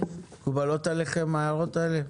מקובלות עליכם ההערות האלו?